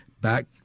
back